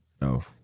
no